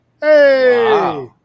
hey